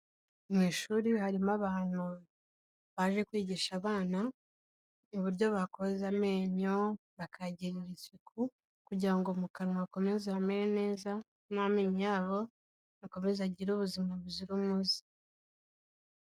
M u ishuri harimo abantu baje kwigisha abana uburyo bakoza amenyo bakayagirira isuku kugira ngo mu kanwa hakomeze hamere neza n'amenyo yabo akomeze agire ubuzima buzira umuze.